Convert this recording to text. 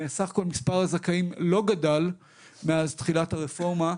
סך כול מספר הזכאים לא גדל מאז תחילת הרפורמה,